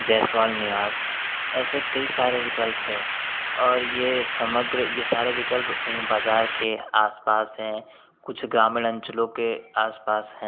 जायसवाल निवास ऐसे कई सारे विकल्प है और यह समग्र यह सारे विकल्प बाज़ार के आस पास हैं कुछ ग्रामीण अंचलों के आस पास हैं